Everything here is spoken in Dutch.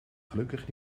gelukkig